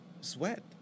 sweat